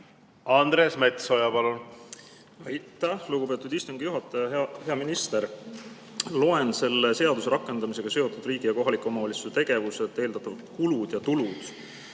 Andres Metsoja, palun! Aitäh, lugupeetud istungi juhataja! Hea minister! Selle seaduse rakendamisega seotud riigi ja kohaliku omavalitsuse tegevuste ning eeldatavate kulude ja tulude